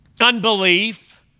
Unbelief